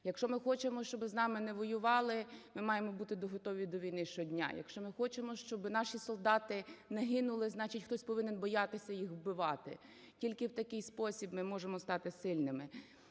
Якщо ми хочемо, щоб з нами не воювали, ми маємо бути готові до війни щодня. Якщо ми хочемо, щоб наші солдати не гинули, значить, хтось повинен боятися їх вбивати. Тільки в такий спосіб ми можемо стати сильними.